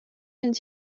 and